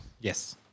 Yes